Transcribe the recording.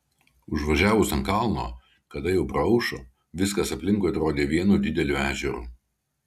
užvažiavus ant kalno kada jau praaušo viskas aplinkui atrodė vienu dideliu ežeru